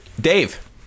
Dave